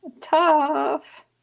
tough